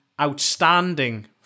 outstanding